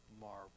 marvel